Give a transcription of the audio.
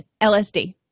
LSD